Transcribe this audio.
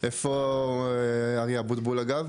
איפה אריה אבוטבול, אגב?